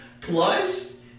Plus